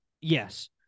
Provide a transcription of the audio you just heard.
Yes